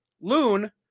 Loon